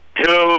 two